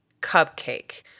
cupcake